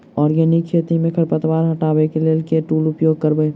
Organic खेती मे खरपतवार हटाबै लेल केँ टूल उपयोग करबै?